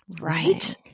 right